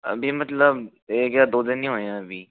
अभी मतलब एक या दो दिन ही हुए हैं अभी